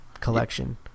collection